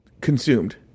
consumed